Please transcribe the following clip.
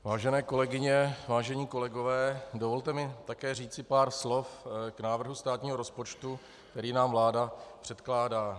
Vážené kolegyně, vážení kolegové, dovolte mi také říci pár slov k návrhu státního rozpočtu, který nám vláda předkládá.